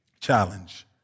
Challenge